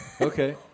Okay